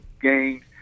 games